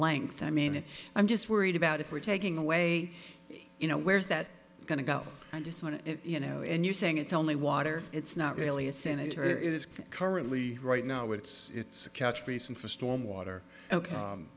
length i mean i'm just worried about if we're taking away you know where's that going to go i just want to you know and you're saying it's only water it's not really a senator it is currently right now it's a catch basin for storm water ok